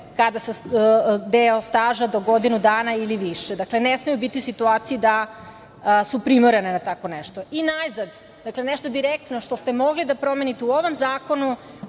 gube deo staža do godinu dana ili više. Dakle, ne smeju biti u situaciji da su primorane na tako nešto. Najzad, nešto direktno što ste mogli da promenite u ovom Zakonu